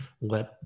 let